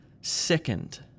Second